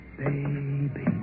baby